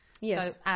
Yes